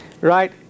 Right